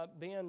Ben